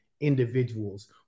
Individuals